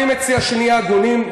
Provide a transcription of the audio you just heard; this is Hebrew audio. אני מציע שנהיה הגונים,